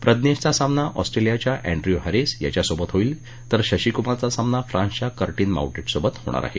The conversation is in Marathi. प्रजनेशचा सामना ऑस्ट्रेलियाच्या अँड्यू हॅरिस याच्यासोबत होईल तर शशीकुमारचा सामना फ्रान्सच्या कर्टिन माऊटेटसोबत होणार आहे